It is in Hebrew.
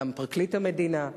גם פרקליט המדינה.